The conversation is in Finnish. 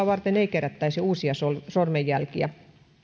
kerättäisi uusia sormenjälkiä